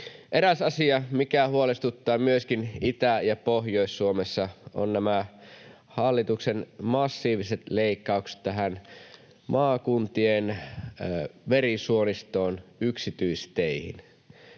Eräs asia, mikä huolestuttaa myöskin Itä- ja Pohjois-Suomessa, ovat nämä hallituksen massiiviset leikkaukset tähän maakuntien verisuonistoon, yksityisteihin: